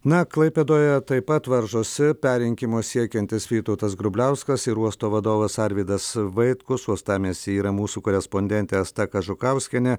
na klaipėdoje taip pat varžosi perrinkimo siekiantis vytautas grubliauskas ir uosto vadovas arvydas vaitkus uostamiesty yra mūsų korespondentė asta kažukauskienė